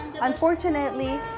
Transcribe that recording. Unfortunately